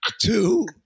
Two